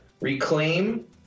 Reclaim